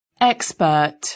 expert